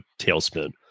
tailspin